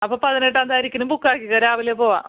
അപ്പോൾ പതിനെട്ട് എന്തായിരിക്കിലും ബുക്ക് ആക്കിക്കോ രാവിലെ പോവാം